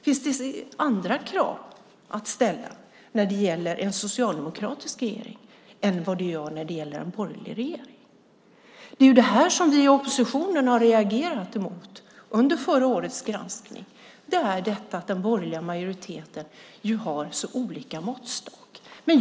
Finns det andra krav att ställa när det gäller en socialdemokratisk regering än vad det gör när det gäller en borgerlig regering? Det som vi i oppositionen reagerade mot under förra årets granskning var att den borgerliga majoriteten ju har så olika måttstock.